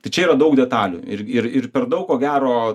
tai čia yra daug detalių ir ir ir per daug ko gero